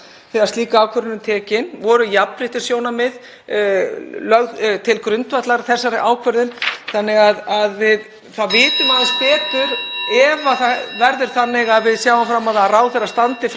ef það verður þannig að við sjáum fram á að ráðherra standi frammi fyrir svona mati, hvaða viðmið og reglur hann hefur til leiðsagnar þegar ákveðið er að fara með mál gagnvart einstaklingi fyrir dómstóla.